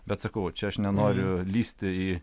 bet sakau va čia aš nenoriu lįsti į